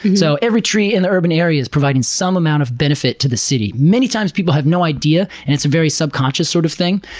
so, every tree in the urban area is providing some amount of benefit to the city. many times, people have no idea, and it's a very subconscious sort of thing,